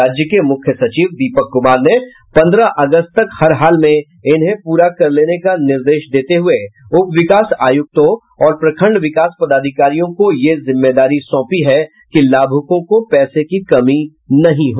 राज्य के मुख्य सचिव दीपक कुमार ने पन्द्रह अगस्त तक हर हाल में इन्हें पूरा कर लेने का निर्देश देते हये उप विकास आयुक्तों और प्रखंड विकास पदाधिकारियों को ये जिम्मदारी सौंपी है कि लाभुकों को पैसे की कमी नहीं हो